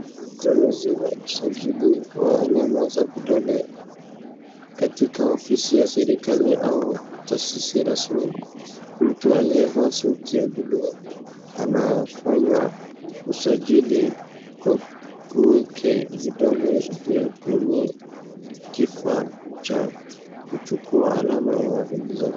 Zoezi la usajili wa alama za kidole katika ofisi ya serikali au tasisi rasmi. Mtu aliyevaa suti ya bluu anafanya usajili kwa kueka vidole vyake kwenye kifaa cha kuchukua alama ya zi.